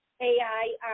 AI